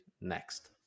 next